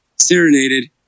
serenaded